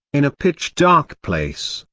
in a pitch dark place,